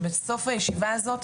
שבסוף הישיבה הזאת,